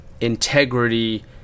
integrity